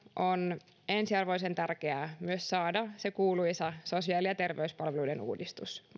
on ensiarvoisen tärkeää myös saada se kuuluisa sosiaali ja terveyspalveluiden uudistus